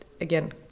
again